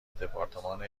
دپارتمان